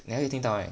你还可以听到 right